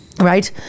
Right